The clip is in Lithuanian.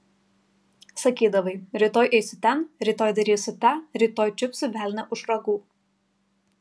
sakydavai rytoj eisiu ten rytoj darysiu tą rytoj čiupsiu velnią už ragų